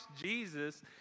Jesus